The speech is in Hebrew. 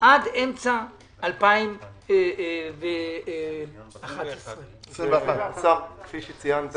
עד אמצע 2021. כפי שציינת